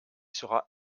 sera